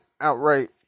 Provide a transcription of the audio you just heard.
outright